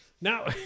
Now